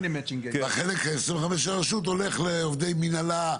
וחלק של ה-25% של הרשות הולך לעובדי מנהלה,